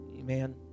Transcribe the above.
Amen